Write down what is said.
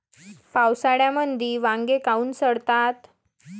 पावसाळ्यामंदी वांगे काऊन सडतात?